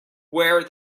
where